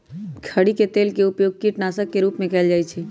खरी के तेल के उपयोग कीटनाशक के रूप में कएल जाइ छइ